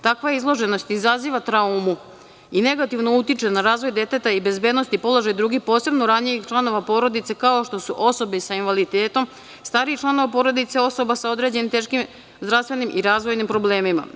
Takva izloženost izaziva traumu i negativno utiče na razvoj deteta i bezbednost i položaj drugih posebno ranjivih članova porodice kao što su osobe sa invaliditetom, stariji članovi porodice, osobe sa teškim zdravstvenim i razvojnim problemima.